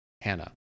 Hannah